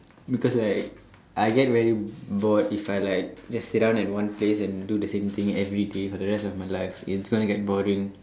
because like I get very bored if I like just sit down at one place and do the same thing everyday for the rest of my life it's going to get boring